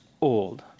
old